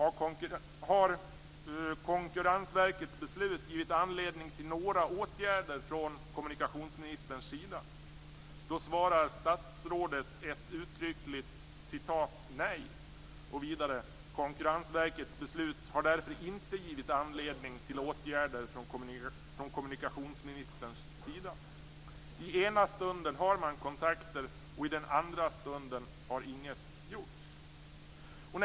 Konkurrensverkets beslut givit anledning till några åtgärder från kommunkationsministerns sida? Statsrådets svar blir: "Nej. Konkurrensverkets beslut har därför inte givit anledning till åtgärder från kommunikationsministerns sida." I ena stunden har man kontakter, och i den andra stunden har inget gjorts.